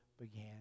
began